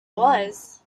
was